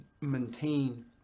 maintain